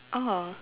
oh